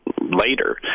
later